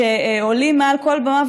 שעולים על כל במה,